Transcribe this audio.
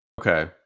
Okay